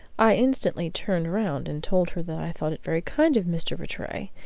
i instantly turned round and told her that i thought it very kind of mr. rattray,